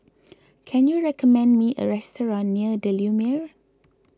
can you recommend me a restaurant near the Lumiere